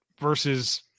versus